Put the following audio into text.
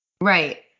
Right